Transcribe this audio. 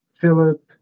philip